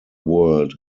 world